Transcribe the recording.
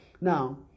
Now